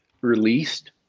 released